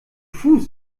fuß